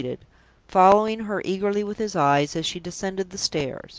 following her eagerly with his eyes as she descended the stairs.